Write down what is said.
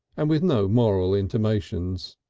and with no moral intimations.